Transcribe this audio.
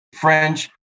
french